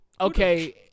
okay